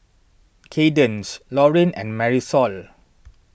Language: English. Cadence Lauryn and Marisol